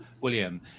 William